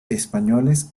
españoles